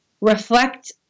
reflect